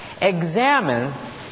examine